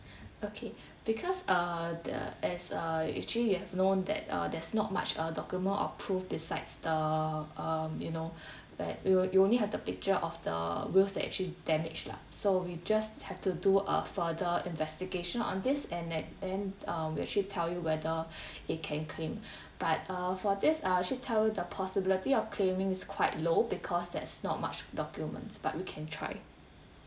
okay because uh the as uh actually you have known that uh there's not much uh document or proof besides the um you know but you you only have the picture of the wheels that actually damage lah so we just have to do a further investigation on this and ac~ and um we actually tell you whether you can claim but uh for this I should tell you the possibility of claiming is quite low because there's not much documents but we can try